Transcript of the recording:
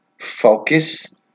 focus